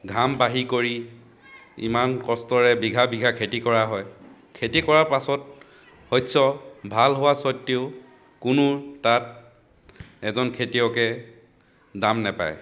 ঘাম বাহিৰ কৰি ইমান কষ্টৰে বিঘা বিঘা খেতি কৰা হয় খেতি কৰা পাছত শস্য ভাল হোৱাৰ স্বত্বেও কোনো তাত এজন খেতিয়কে দাম নাপায়